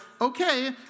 okay